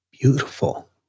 beautiful